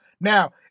Now